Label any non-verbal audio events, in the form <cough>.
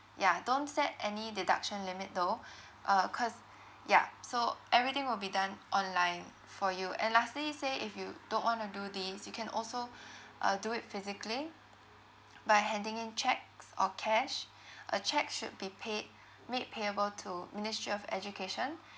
ya don't set any deduction limit though uh cause ya so everything will be done online for you and lastly say if you don't want to do this you can also uh do it physically <noise> by handing in cheques or cash uh cheque should be paid made payable to ministry of education